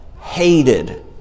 hated